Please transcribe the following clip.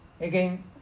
Again